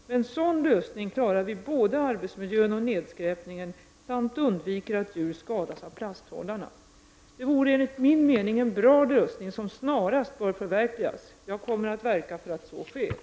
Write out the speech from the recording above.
Med en sådan lösning klarar vi både arbetsmiljön och nedskräpningen samt undviker att djur skadas av plasthållarna. Detta vore enligt min mening en bra lösning, som snarast bör förverkligas. Jag kommer att verka för att så sker.